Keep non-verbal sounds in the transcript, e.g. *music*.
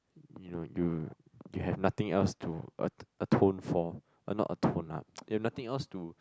you know you you have nothing else to atone for a not atone lah *noise* you've nothing else to